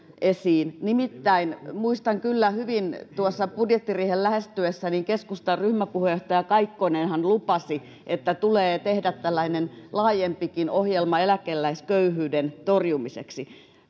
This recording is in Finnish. näistä eläkkeensaajista nimittäin muistan kyllä hyvin kun tuossa budjettiriihen lähestyessä keskustan ryhmäpuheenjohtaja kaikkonenhan lupasi että tulee tehdä tällainen laajempikin ohjelma eläkeläisköyhyyden torjumiseksi